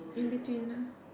in between ah